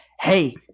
hey